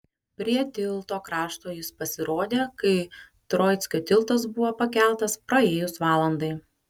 prie tilto krašto jis pasirodė kai troickio tiltas buvo pakeltas praėjus valandai